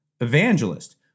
evangelist